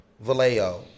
Vallejo